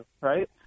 right